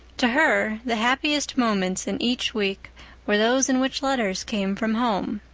to her, the happiest moments in each week were those in which letters came from home.